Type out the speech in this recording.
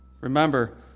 Remember